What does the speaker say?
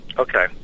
Okay